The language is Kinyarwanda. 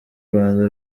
rwanda